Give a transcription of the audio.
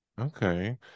okay